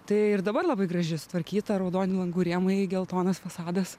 tai ir dabar labai graži sutvarkyta raudoni langų rėmai geltonas fasadas